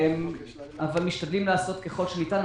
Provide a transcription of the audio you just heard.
אבל משתדלים לעשות ככל שניתן.